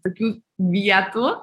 tokių vietų